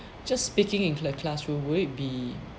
just speaking in the classroom will it be